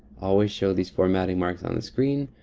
always show these formatting marks on the screen.